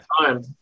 time